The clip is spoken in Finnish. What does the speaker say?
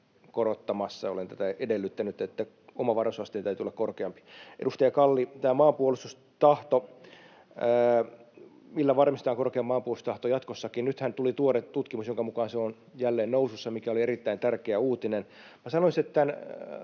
korottamassa. Olen tätä edellyttänyt, että omavaraisuusasteen täytyy olla korkeampi. Edustaja Kalli, maanpuolustustahto, millä varmistetaan korkea maanpuolustustahto jatkossakin: Nythän tuli tuore tutkimus, jonka mukaan se on jälleen nousussa, mikä oli erittäin tärkeä uutinen. Minä sanoisin, että